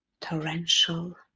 Torrential